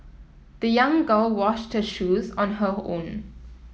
the young girl washed her shoes on her own